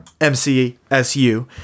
mcsu